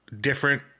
different